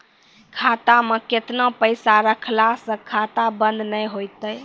खाता मे केतना पैसा रखला से खाता बंद नैय होय तै?